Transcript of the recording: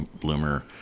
bloomer